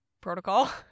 protocol